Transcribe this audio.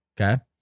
Okay